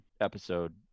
episode